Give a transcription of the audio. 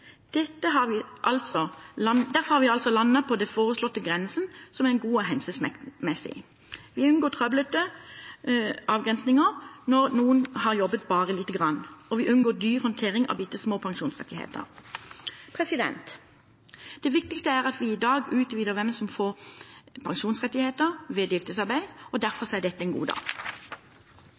vi ikke veldig glad i byråkrati. Derfor har vi altså landet på den foreslåtte grensen, som er god og hensiktsmessig. Vi unngår trøblete avgrensninger når noen har jobbet bare lite grann, og vi unngår dyr håndtering av bitte små pensjonsrettigheter. Det viktigste er at vi i dag utvider hvem som får pensjonsrettigheter ved deltidsarbeid. Derfor er dette en god dag.